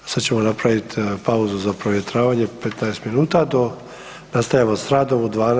Sad ćemo napraviti pauzu za provjetravanje 15 minuta do, nastavljamo s radom u 12 i 40.